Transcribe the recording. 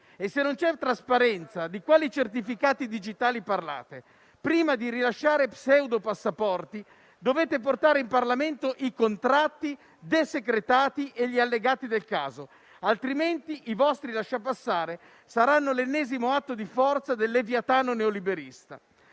e se non c'è trasparenza, di quali certificati digitali parlate? Prima di rilasciare pseudo-passaporti, dovete portare in Parlamento i contratti desecretati e gli allegati del caso, altrimenti i vostri lasciapassare saranno l'ennesimo atto di forza del Leviatano neoliberista.